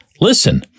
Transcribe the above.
Listen